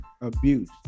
abuse